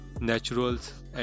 Naturals &